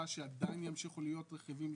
אני רוצה באמת לראות את השקף.